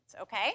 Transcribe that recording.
okay